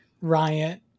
Riot